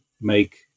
make